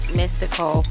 mystical